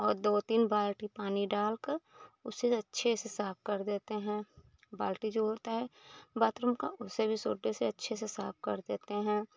और दो तीन बाल्टी पानी डालकर उसे अच्छे से साफ़ कर देते हैं बाल्टी जो होती है बाथरूम का उसे भी सोडे से अच्छे से साफ़ कर देते हैं